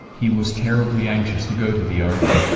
he was terribly anxious to go to the army,